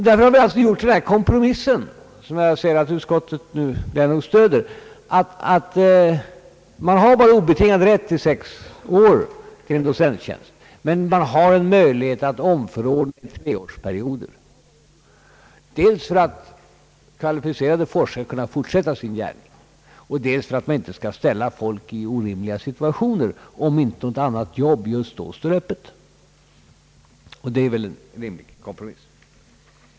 Därför har vi gjort den här kompromissen, som utskottet nära nog stöder, att man bara har obetingad rätt på sex år till en docenttjänst, dock att möjlighet finns till omförordnande i treårsperioder, dels för att kvalificerade forskare skall kunna fortsätta sin gärning, dels för att folk inte skall ställas i orimliga situationer om inte något annat arbete just då står öppet. Det förefaller vara en rimlig kompromiss.